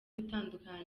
gutandukana